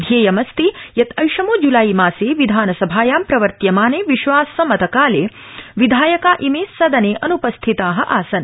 ध्येयमस्ति यत् ऐषमो जुलाईमासे विधानसभायं प्रवर्त्यमाने विश्वास मतकाले विधायका इमे सदने अन्पस्थिता आसन्